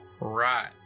right